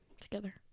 together